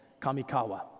Kamikawa